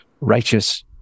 righteous